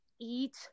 eat